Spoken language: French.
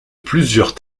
plusieurs